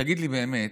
תגיד לי באמת,